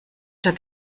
oder